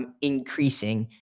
Increasing